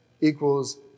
equals